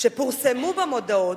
שפורסמו במודעות,